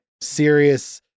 serious